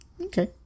okay